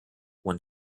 when